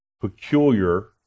peculiar